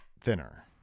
thinner